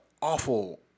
awful